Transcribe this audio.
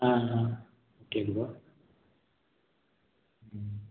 ஆ ஆ okay bro ம்